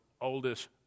oldest